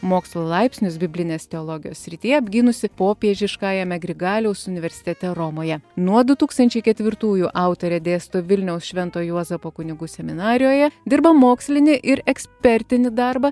mokslo laipsnius biblinės teologijos srityje apgynusi popiežiškajame grigaliaus universitete romoje nuo du tūkstančiai ketvirtųjų autorė dėsto vilniaus švento juozapo kunigų seminarijoje dirba mokslinį ir ekspertinį darbą